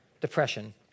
depression